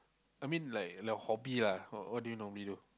I mean like like hobby lah what do you normally do